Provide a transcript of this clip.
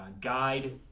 guide